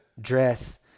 dress